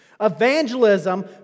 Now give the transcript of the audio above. Evangelism